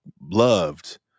loved